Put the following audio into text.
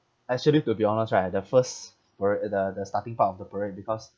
actually to be honest right at the first parade uh the the starting part of the parade because